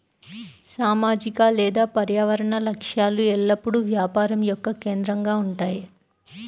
సామాజిక లేదా పర్యావరణ లక్ష్యాలు ఎల్లప్పుడూ వ్యాపారం యొక్క కేంద్రంగా ఉంటాయి